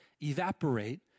evaporate